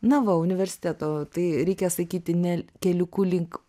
na va universiteto tai reikia sakyti ne keliuku link